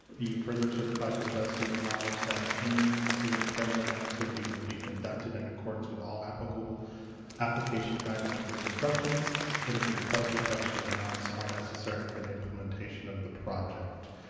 you further certify to the best of your knowledge that any ensuing program and activity will be conducted in accordance with all applicable application guidelines and instructions and that the requested budgeted amounts are necessary for the implementation of the project.